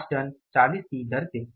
8 ton 40 की दर से